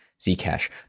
Zcash